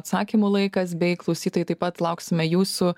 atsakymų laikas bei klausytojai taip pat lauksime jūsų